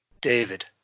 David